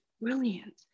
brilliant